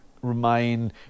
remain